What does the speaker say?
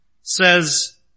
says